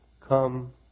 come